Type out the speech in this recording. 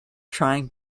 trying